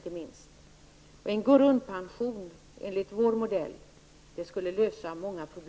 En grundpension enligt vår modell skulle lösa många problem.